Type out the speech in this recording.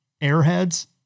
Airheads